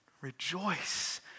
rejoice